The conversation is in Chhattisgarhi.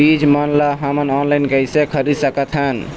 बीज मन ला हमन ऑनलाइन कइसे खरीद सकथन?